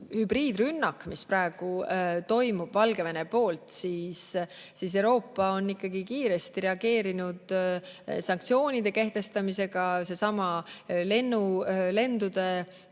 hübriidrünnaku, mis praegu toimub Valgevene poolt, siis Euroopa on ikkagi kiiresti reageerinud sanktsioonide kehtestamisega: seesama lendude